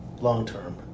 long-term